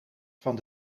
van